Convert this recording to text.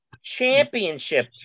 championship